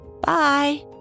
Bye